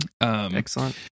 Excellent